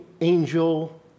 angel